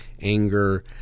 anger